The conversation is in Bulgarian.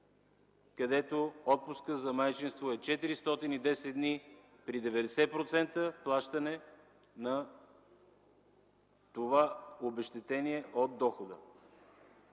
където отпускът за майчинство е 410 дни при 90% плащане на това обезщетение от дохода.